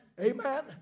Amen